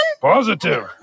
Positive